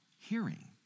hearing